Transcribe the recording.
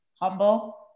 Humble